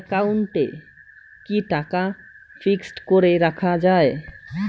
একাউন্টে কি টাকা ফিক্সড করে রাখা যায়?